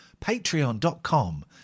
Patreon.com